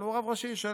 אלא הוא רב ראשי של